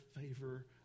favor